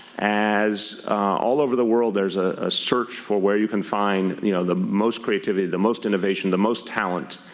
as all over the world there is a search for where you could find you know the most creativity, the most innovation, the most talent,